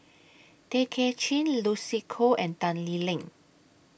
Tay Kay Chin Lucy Koh and Tan Lee Leng